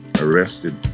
arrested